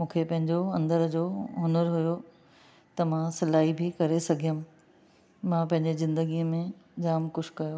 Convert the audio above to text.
मूंखे पंहिंजो अंदरि जो हुनुरु हुओ त मां सिलाई बि करे सघियमि मां पंहिंजे ज़िंदगी में जाम कुझु कयो